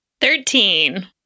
Thirteen